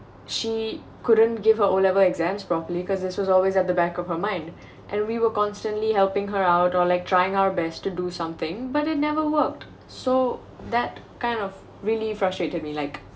she couldn't give her O level exams properly because this was always at the back of her mind and we will constantly helping her out or like trying our best to do something but it never worked so that kind of really frustrated me like